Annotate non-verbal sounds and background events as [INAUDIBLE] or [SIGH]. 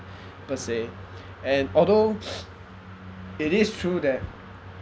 [BREATH] per se [BREATH] and although [BREATH] it is true that